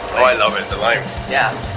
i love is the life yeah